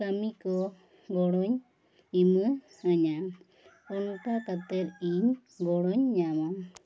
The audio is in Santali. ᱠᱟᱹᱢᱤ ᱠᱚ ᱜᱚᱲᱚᱧ ᱮᱢᱟᱹ ᱦᱟᱹᱧᱟ ᱚᱱᱠᱟ ᱠᱟᱛᱮᱜ ᱤᱧ ᱜᱚᱲᱚᱧ ᱧᱟᱢᱟ